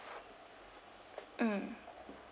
um